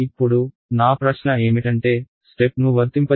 ఇప్పుడు నా ప్రశ్న ఏమిటంటే స్టెప్ ను వర్తింపజేసిన తరువాత Vc విలువ ఏమిటి